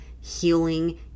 healing